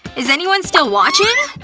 is anyone still watching?